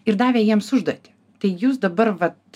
ir davė jiems užduotį tai jūs dabar vat